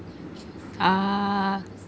ah